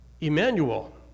Emmanuel